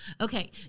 okay